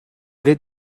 lit